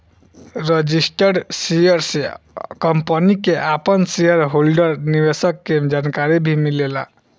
registered share से company के आपन शेयर होल्डर निवेशक के जानकारी भी मिलेला